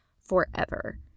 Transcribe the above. forever